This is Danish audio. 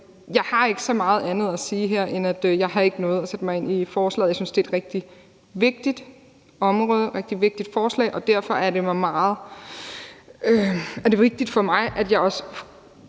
jeg har ikke så meget andet at sige her, end at jeg ikke har nået at sætte mig ind i forslaget. Jeg synes, at det er et rigtig vigtigt område og et rigtig vigtigt forslag, og derfor er det vigtigt for mig, at jeg også